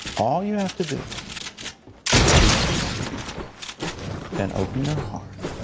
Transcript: all you have to do is be sincere and open your heart,